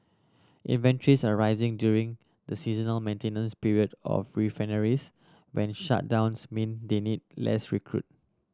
inventories are rising during the seasonal maintenance period of refineries when shutdowns mean they need less crude